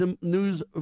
news